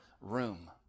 room